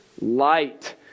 Light